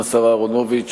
השר אהרונוביץ,